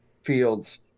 fields